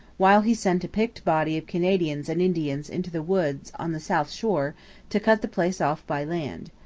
while he sent a picked body of canadians and indians into the woods on the south shore to cut the place off by land.